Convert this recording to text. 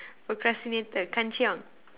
procrastinator kanchiong